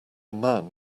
man